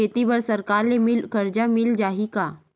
खेती बर सरकार ले मिल कर्जा मिल जाहि का?